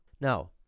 now